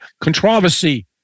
controversy